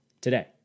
today